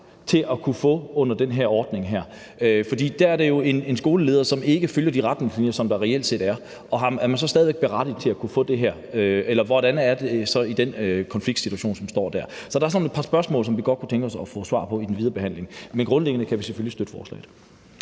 til at kunne få støtte under den her ordning? For så er der jo tale om en skoleleder, som ikke følger de retningslinjer, som der reelt set er, og er man så stadig væk berettiget til at kunne få det her, eller hvordan er det så i den konfliktsituation, man står i der? Så der er et par spørgsmål, vi godt kunne tænke os at få svar på i den videre behandling, men grundlæggende kan vi selvfølgelig støtte forslaget.